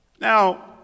Now